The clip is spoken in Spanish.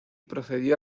procedió